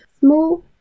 small